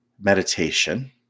meditation